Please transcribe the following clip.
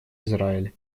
израиль